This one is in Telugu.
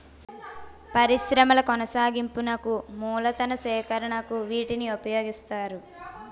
పరిశ్రమల కొనసాగింపునకు మూలతన సేకరణకు వీటిని ఉపయోగిస్తారు